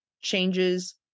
changes